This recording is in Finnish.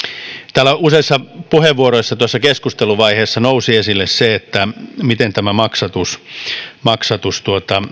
täällä useissa puheenvuoroissa tuossa keskusteluvaiheessa nousi esille se miten tämä maksatus maksatus